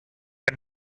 and